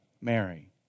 Mary